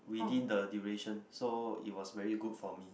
within the duration so it was very good for me